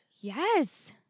Yes